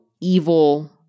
evil